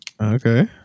okay